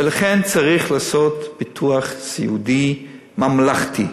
ולכן צריך לעשות ביטוח סיעודי ממלכתי.